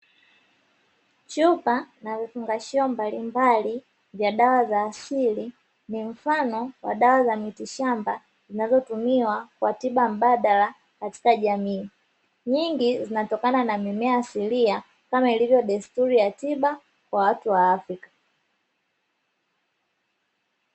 Chupa na vifungashio mbalimbali vya dawa za asili, ni mfano wa dawa za mitishamba zinazotumiwa kwa tiba mbadala katika jamii. Nyingi zinatokana na mimea asilia kama lilivyo desturi ya tiba kwa watu wa Afrika.